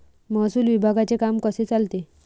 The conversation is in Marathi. महसूल विभागाचे काम कसे चालते?